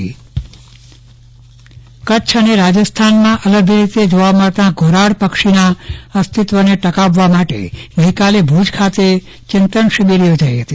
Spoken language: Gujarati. ચંદ્રવદન પટ્ટણી ઘોરાડ અંગે ચિંતન બેઠક કચ્છ અને રાજસ્થાનમાં અલભ્ય રીતે જોવા મળતા ઘોરાડ પક્ષીના અસ્તિત્વને ટકાવવા માટે ગઈકાલે ભુજ ખાતે ચિંતન શીબિર યોજાઈ હતી